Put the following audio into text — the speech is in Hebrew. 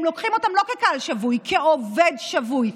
הם לוקחים אותם לא כקהל שבוי, כעובד שבוי.